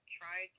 try